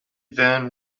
then